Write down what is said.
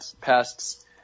pests